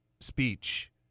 speech